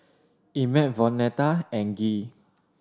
Emett Vonetta and Gee